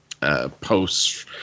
Posts